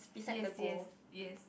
yes yes yes